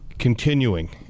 continuing